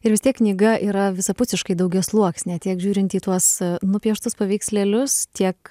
ir vis tiek knyga yra visapusiškai daugiasluoksnė žiūrint į tuos nupieštus paveikslėlius tiek